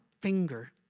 finger